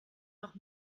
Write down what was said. noch